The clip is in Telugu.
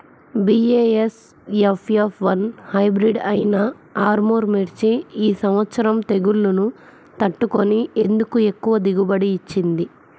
బీ.ఏ.ఎస్.ఎఫ్ ఎఫ్ వన్ హైబ్రిడ్ అయినా ఆర్ముర్ మిర్చి ఈ సంవత్సరం తెగుళ్లును తట్టుకొని ఎందుకు ఎక్కువ దిగుబడి ఇచ్చింది?